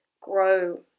grow